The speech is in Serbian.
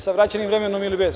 Sa vraćenim vremenom ili bez?